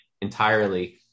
entirely